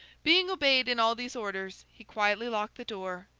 being obeyed in all these orders, he quietly locked the door,